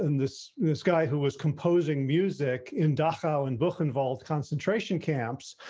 and this this guy who was composing music in dhaka and both involved concentration camps